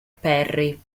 perry